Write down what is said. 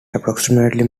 approximately